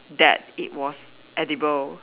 that it was edible